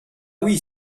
oui